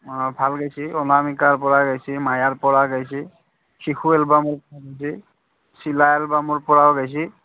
অঁ ভাল গাইছে অনামিকাৰ পৰা গাইছে মায়াৰ পৰা গাইছে শিশু এলবামৰ পৰা গাইছে চিলা এলবামৰ পৰাও গাইছে